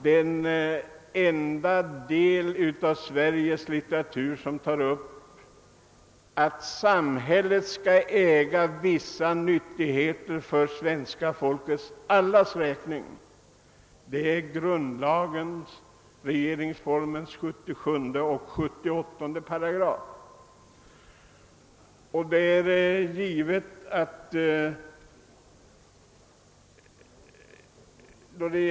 Den enda del av den svenska litteraturen som kräver att samhället skall äga vissa nyttigheter för allas räkning är regeringsformens 88 77—278.